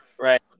right